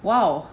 !wow!